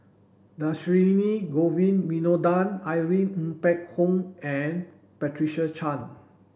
Dhershini Govin Winodan Irene Ng Phek Hoong and Patricia Chan